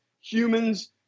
humans